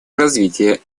развития